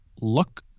look